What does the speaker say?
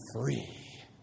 free